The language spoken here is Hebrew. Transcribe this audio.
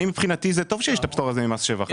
אני מבחינתי זה טוב שיש את הפטור הזה ממס שבח,